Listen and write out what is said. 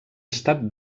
estat